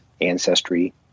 ancestry